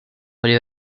área